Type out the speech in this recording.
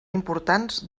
importants